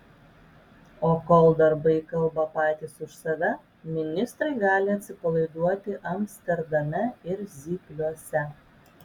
o kol darbai kalba patys už save ministrai gali atsipalaiduoti amsterdame ir zypliuose